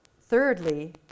thirdly